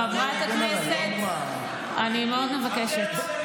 חברת הכנסת, אני מאוד מבקשת.